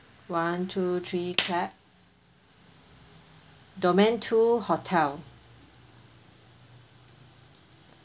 one two three clap domain two hotel